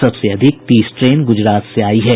सबसे अधिक तीस ट्रेन गुजरात से आयी है